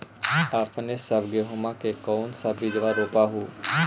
अपने सब गेहुमा के कौन सा बिजबा रोप हू?